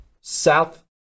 south